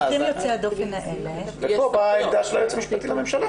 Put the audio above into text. במקרים יוצאי הדופן האלה --- פה באה העמדה של היועץ המשפטי לממשלה,